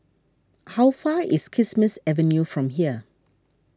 how far is Kismis Avenue from here